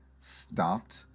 stopped